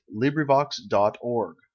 LibriVox.org